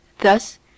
Thus